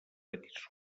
petits